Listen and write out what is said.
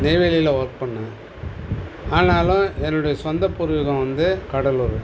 நெய்வேலியில் ஒர்க் பண்ணேன் ஆனாலும் என்னுடைய சொந்தப் பூர்வீகம் வந்து கடலூர்